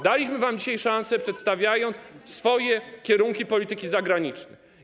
Daliśmy wam dzisiaj szansę, przedstawiając swoje kierunki polityki zagranicznej.